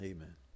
Amen